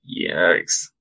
Yikes